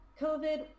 COVID